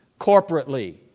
corporately